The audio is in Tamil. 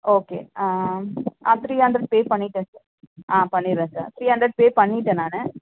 ஓகே நான் த்ரீ ஹண்ட்ரட் பே பண்ணிவிட்டேன் சா ஆ பண்ணிவிட்றேன் சார் த்ரீ ஹண்ட்ரட் பே பண்ணிவிட்டேன் நான்